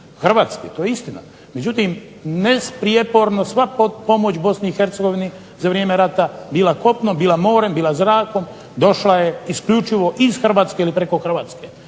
HRvatske. To je istina. Međutim, neprijeporno sva pomoć BiH za vrijeme rata bilo kopnom bilo morem, bilo zrakom došla je isključivo iz Hrvatske ili preko HRvatske.